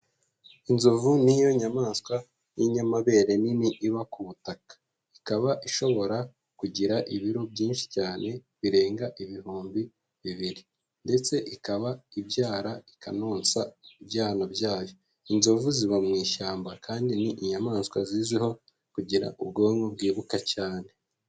Inzovu ni yo nyamaswa y'inyamabere nini iba ku butaka, ikaba ishobora kugira ibiro byinshi cyane birenga ibihumbi bibiri, ndetse ikaba ibyara ikanonsa ibyana byayo; inzovu ziba mu ishyamba kandi ni inyamaswa zizwiho kugira ubwonko bwibuka cyane.